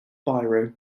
biro